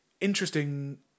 interesting